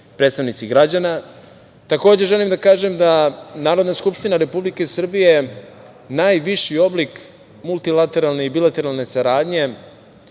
predstavnici građana. Takođe, želim da kažem da Narodna skupština Republike Srbije najviši oblik multilateralne i bilateralne saradnje